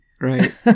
Right